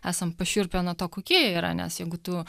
esam pašiurpę nuo to kokie jie yra nes jeigu tu